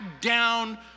down